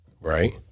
right